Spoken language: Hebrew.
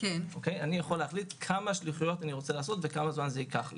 אני יכול להחליט כמה שליחויות אני רוצה לעשות וכמה זמן זה ייקח לי.